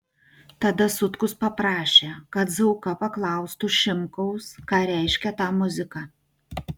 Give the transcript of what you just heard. tada sutkus paprašė kad zauka paklaustų šimkaus ką reiškia ta muzika